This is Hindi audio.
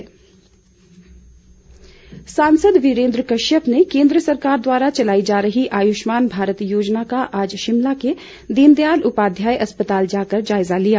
आयुष्मान भारत सांसद वीरेन्द्र कश्यप ने केन्द्र सरकार द्वारा चलाई जा रही आयुष्मान भारत योजना का आज शिमला के दीनदयाल उपाध्याय अस्पताल जाकर जायजा लिया